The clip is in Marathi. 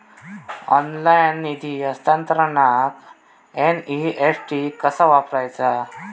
ऑनलाइन निधी हस्तांतरणाक एन.ई.एफ.टी कसा वापरायचा?